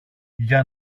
για